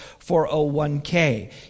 401k